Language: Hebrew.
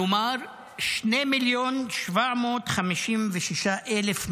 כלומר 2.75 מיליון נפשות,